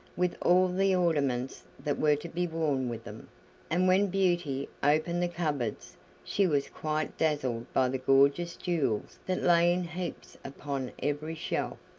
with all the ornaments that were to be worn with them and when beauty opened the cupboards she was quite dazzled by the gorgeous jewels that lay in heaps upon every shelf.